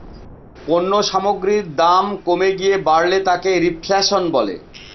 পণ্য সামগ্রীর দাম কমে গিয়ে বাড়লে তাকে রেফ্ল্যাশন বলে